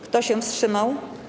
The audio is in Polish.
Kto się wstrzymał?